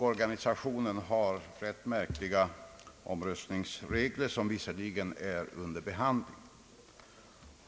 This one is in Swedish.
Unionen har också rätt märkliga omröstningsregler, låt vara att dessa är under behandling.